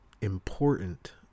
important